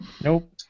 Nope